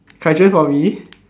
Kai-Juan for me